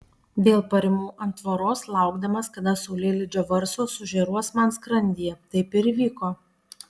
vėl parimau ant tvoros laukdamas kada saulėlydžio varsos sužėruos man skrandyje taip ir įvyko